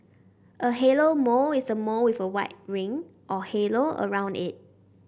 a halo mole is a mole with a white ring or halo around it